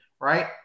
right